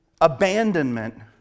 abandonment